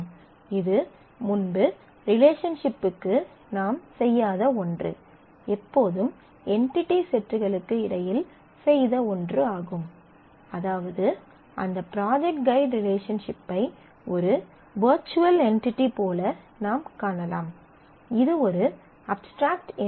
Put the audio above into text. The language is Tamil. இது முன்பு ரிலேஷன்ஷிப்க்கு நாம் செய்யாத ஒன்று எப்போதும் என்டிடி செட்களுக்கு இடையில் செய்த ஒன்று ஆகும் அதாவது அந்த ப்ராஜெக்ட் ஃகைட் ரிலேஷன்ஷிப்பை ஒரு வர்சுவல் என்டிடி போல நாம் காணலாம் இது ஒரு அப்ஸ்ட்ராக்ட் என்டிடி